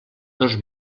dos